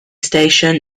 station